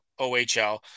ohl